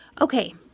Okay